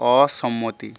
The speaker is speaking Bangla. অসম্মতি